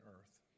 earth